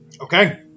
Okay